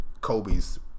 Kobe's